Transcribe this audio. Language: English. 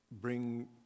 bring